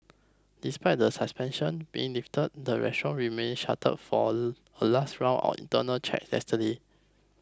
despite the suspension being lifted the restaurant remained shuttered for a last round on internal checks yesterday